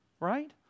right